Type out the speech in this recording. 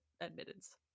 admittance